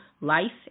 life